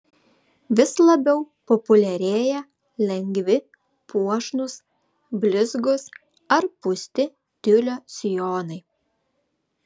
vis labiau populiarėja lengvi puošnūs blizgūs ar pūsti tiulio sijonai